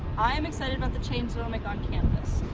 i am excited about the change it will make on campus,